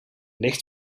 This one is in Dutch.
licht